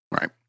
Right